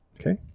okay